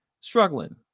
struggling